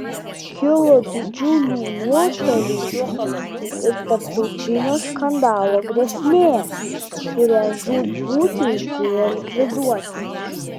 kilo didžiulių nuostolių ir tarptautinio skandalo grėsmė kurią žūtbūt reikėjo likviduoti